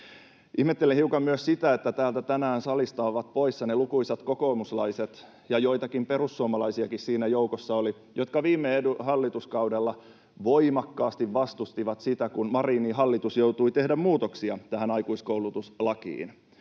Ihmettelen hiukan myös sitä, että täältä salista ovat tänään poissa ne lukuisat kokoomuslaiset, ja joitakin perussuomalaisiakin siinä joukossa oli, jotka viime hallituskaudella voimakkaasti vastustivat sitä, kun Marinin hallitus joutui tekemään muutoksia tähän aikuiskoulutuslakiin.